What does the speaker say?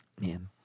man